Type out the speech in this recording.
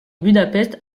budapest